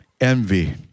envy